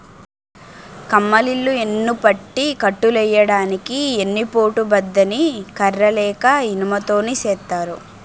కమ్మలిల్లు యెన్నుపట్టి కట్టులెయ్యడానికి ఎన్ని పోటు బద్ద ని కర్ర లేక ఇనుము తోని సేత్తారు